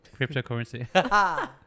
Cryptocurrency